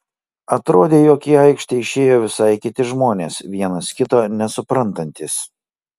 atrodė jog į aikštę išėjo visai kiti žmonės vienas kito nesuprantantys